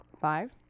Five